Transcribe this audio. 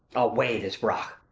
away, this brach!